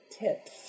tips